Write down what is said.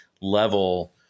level